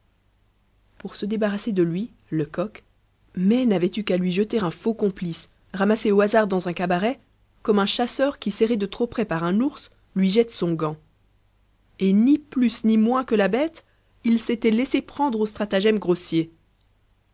pour se débarrasser de lui lecoq mai n'avait eu qu'à lui jeter un faux complice ramassé au hasard dans un cabaret comme un chasseur qui serré de trop près par un ours lui jette son gant et ni plus ni moins que la bête il s'était laissé prendre au stratagème grossier